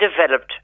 developed